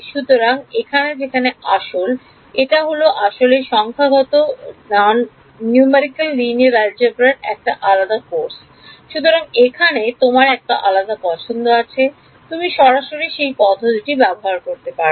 সুতরাং এখানে যেখানে আসলে এটা হল আসলে সংখ্যাগত লিনিয়ার বীজগণিত এর একটা আলাদা কোর্স সুতরাং এখানে তোমার একটা আলাদা পছন্দ আছে তুমি সরাসরি পদ্ধতি ব্যবহার করতে পারো